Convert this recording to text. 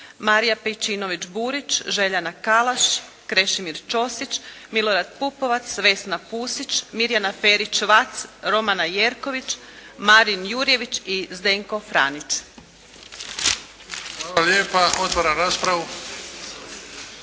Marija Pejčinović-Burić, Željana Kalaš, Krešimir Ćosić, Milorad Pupovac, Vesna Pusić, Mirjana Ferić-Vac, Romana Jerković, Marin Jurjević i Zdenko Franić.